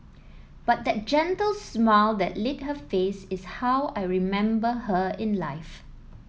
but that gentle smile that lit her face is how I remember her in life